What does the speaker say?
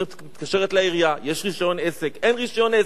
מתקשרת לעירייה, יש רשיון עסק, אין רשיון עסק.